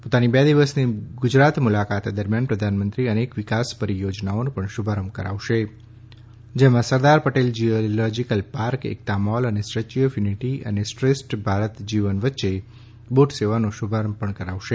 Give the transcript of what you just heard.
પોતાની બે દિવસની ગુજરાત મુલાકાત દરમ્યાન પ્રધાનમંત્રી અનેક વિકાસ પરિયોજનાઓનો પણ શુભારંભ કરાવશે જેમાં Sardar Patel geological park Ekta mall અને સ્ટેચ્યૂ ઓફ યુનિટી અને શ્રેષ્ઠ ભારત જીવન વચ્યે બોટ સેવાનો શુભારંભ પણ કરાવશે